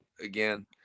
again